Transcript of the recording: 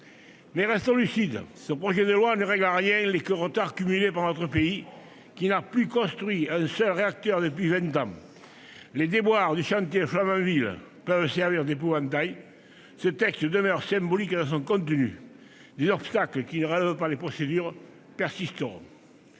Restons lucides : ce projet de loi ne règle en rien les retards accumulés par notre pays, qui n'a plus construit un seul réacteur depuis vingt ans. Les déboires du chantier de Flamanville doivent servir d'épouvantail. Ce texte demeure symbolique dans son contenu. Des obstacles, qui ne relèvent pas des procédures, persisteront.